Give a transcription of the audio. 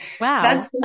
Wow